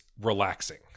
relaxing